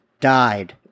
died